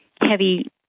heavy